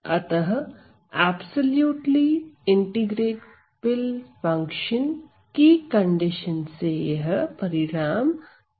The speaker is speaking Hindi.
अतः ऐप्सोल्युटली इंटीग्रेबल फंक्शन की कंडीशन से यह परिणाम ठीक है